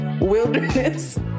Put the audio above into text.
wilderness